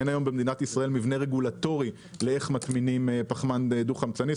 אין היום במדינת ישראל מבנה רגולטורי לאיך מטמינים פחמן דו חמצני,